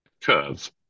Curve